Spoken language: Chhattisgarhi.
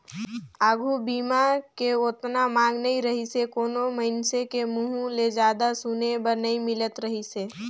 आघू बीमा के ओतना मांग नइ रहीसे कोनो मइनसे के मुंहूँ ले जादा सुने बर नई मिलत रहीस हे